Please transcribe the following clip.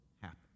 happen